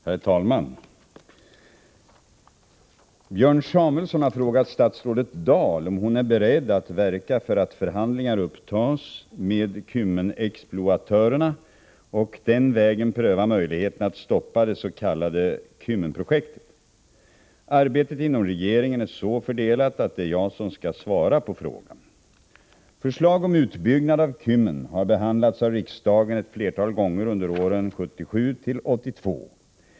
Herr talman! Björn Samuelson har frågat statsrådet Dahl om hon är beredd att verka för att förhandlingar upptas med Kymmenexploatörerna och den vägen pröva möjligheten att stoppa det s.k. Kymmenprojektet. Arbetet inom regeringen är så fördelat att det är jag som skall svara på frågan. Förslag om utbyggnad av Kymmen har behandlats av riksdagen ett flertal gånger under åren 1977-1982.